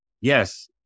Yes